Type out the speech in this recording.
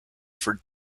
for